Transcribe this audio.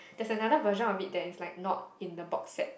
there's another version of it that is like not in the box set